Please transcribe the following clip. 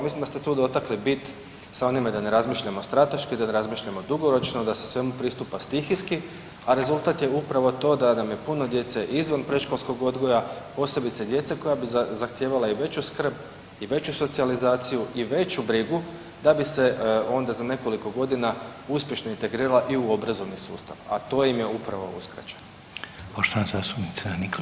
Mislim da ste tu dotakli bit sa onime da ne razmišljamo strateški, da ne razmišljamo dugoročno, da se svemu pristupa stihijski, a rezultat je upravo to da nam je puno djece izvan predškolskog odgoja, posebice djece koja bi zahtijevala i veću skrb i veću socijalizaciju i veću brigu da bi se onda za nekoliko godina uspješno integrirala i u obrazovni sustav, a to im je upravo uskraćeno.